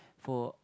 for